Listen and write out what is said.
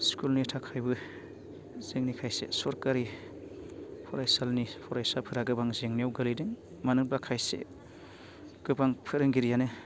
स्कुलनि थाखायबो जोंनि खायसे सरखारि फरायसालिनि फरायसाफोरा गोबां जेंनायाव गोग्लैदों मानोहोनब्ला खायसे गोबां फोरोंगिरियानो